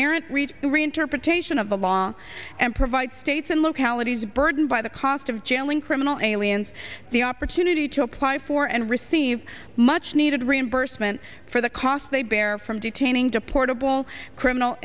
errant read the reinterpretation of the law and provide states and localities burdened by the cost of jailing criminal aliens the opportunity to apply for and receive much needed reimbursement for the costs they bear from detaining deportable criminal